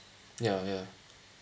ya ya